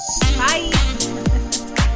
Bye